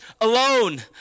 alone